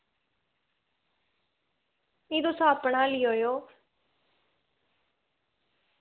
नि तुस अपना ली आएओ